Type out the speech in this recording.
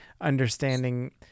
understanding